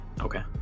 okay